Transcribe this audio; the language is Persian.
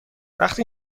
وقتی